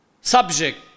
subject